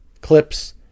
clips